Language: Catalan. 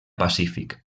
pacífic